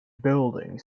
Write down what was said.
building